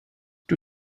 two